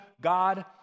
God